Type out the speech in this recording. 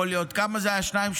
כמה זה היה, 2%?